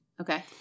Okay